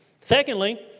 Secondly